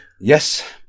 yes